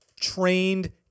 trained